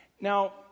Now